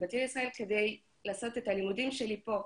באתי לישראל כדי לעשות את הלימודים שלי פה,